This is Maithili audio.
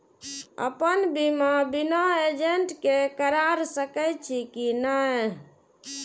अपन बीमा बिना एजेंट के करार सकेछी कि नहिं?